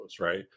right